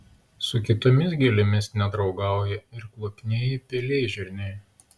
su kitomis gėlėmis nedraugauja ir kvapnieji pelėžirniai